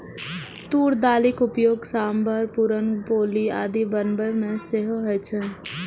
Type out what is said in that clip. तूर दालिक उपयोग सांभर, पुरन पोली आदि बनाबै मे सेहो होइ छै